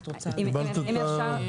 קיבלת את המענה.